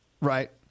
Right